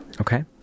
Okay